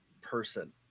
person